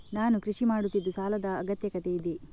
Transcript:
ನಾನು ಕೃಷಿ ಮಾಡುತ್ತಿದ್ದು ಸಾಲದ ಅಗತ್ಯತೆ ಇದೆ?